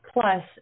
Plus